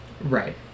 Right